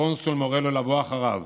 הקונסול מורה לו לבוא אחריו.